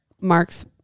Mark's